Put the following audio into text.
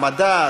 המדע,